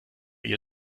ihr